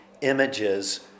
images